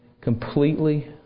Completely